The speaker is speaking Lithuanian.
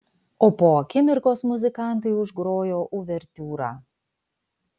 o po akimirkos muzikantai užgrojo uvertiūrą